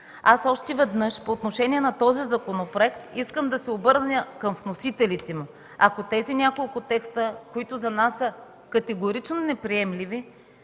Още веднъж, по отношение на този законопроект, искам да се обърна към вносителите му: ако тези няколко текста, които за нас са категорично неприемливи,